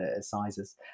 sizes